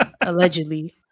Allegedly